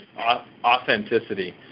authenticity